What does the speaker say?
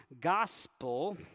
Gospel